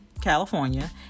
California